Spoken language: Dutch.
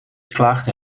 klaagden